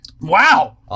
Wow